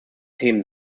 themen